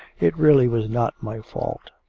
it really was not my fault.